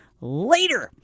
later